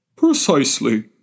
Precisely